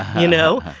you know?